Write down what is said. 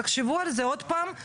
תחשבו על זה עוד פעם,